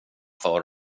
för